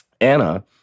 Anna